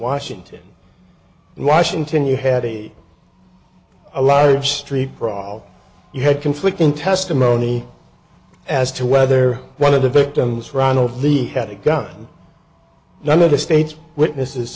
washington in washington you had a large street brawl you had conflicting testimony as to whether one of the victims ronald the had a gun none of the state's witnesses